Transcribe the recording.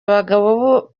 abagabo